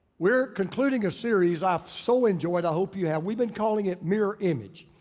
we're concluding a series i've so enjoyed. i hope you have. we've been calling it mirror image.